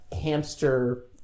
hamster